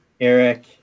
Eric